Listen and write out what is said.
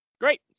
Great